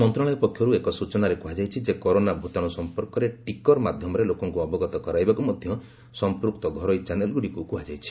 ମନ୍ତ୍ରଣାଳୟ ପକ୍ଷରୁ ଏକ ସୂଚନାରେ କୁହାଯାଇଛି ଯେ କରୋନା ଭୂତାଣୁ ସଂପର୍କରେ ଟିକର୍ ମାଧ୍ୟମରେ ଲୋକଙ୍କୁ ଅବଗତ କରାଇବାକୁ ମଧ୍ୟ ସଂପୃକ୍ତ ଘରୋଇ ଚାନେଲ୍ଗୁଡ଼ିକୁ କୁହାଯାଇଛି